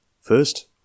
first